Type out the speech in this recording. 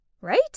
right